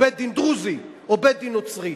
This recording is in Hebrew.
בית-דין דרוזי או בית-דין נוצרי.